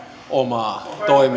omaa toimialaansa me